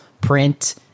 print